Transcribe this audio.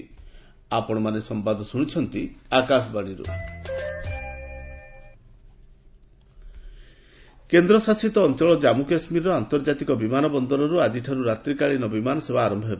କେକେ night flight କେନ୍ଦ୍ରଶାସିତ ଅଞ୍ଚଳ କାନ୍ଧ କାଶ୍ମୀରର ଆନ୍ତର୍ଜାତିକ ବିମାନ ବନ୍ଦରରୁ ଆଜିଠାରୁ ରାତ୍ରିକାଳୀନ ବିମାନସେବା ଆରମ୍ଭ ହେବ